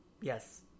Yes